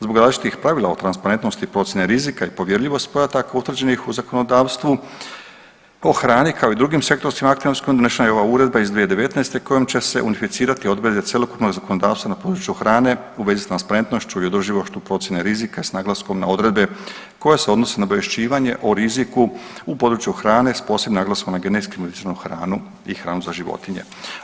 Zbog različitih pravila u transparentnosti i procjene rizika i povjerljivosti podataka utvrđenih u zakonodavstvu o hrani kao i drugim sektorskim aktima … donošenja je ova uredba iz 2019. kojom će se unificirati odredbe cjelokupnog zakonodavstva na području hrane u vezi s transparentnošću i održivošću procjene rizika s naglaskom na odredbe koje se odnose na obavješćivanje o riziku u području hrane s posebnim naglaskom genetski modificiranu hranu i hranu za životinje.